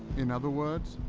in other words,